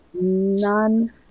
none